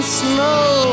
snow